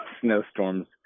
snowstorms